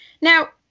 Now